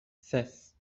ses